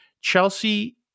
Chelsea